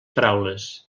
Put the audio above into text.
paraules